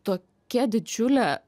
tokia didžiulė